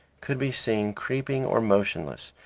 could be seen creeping or motionless,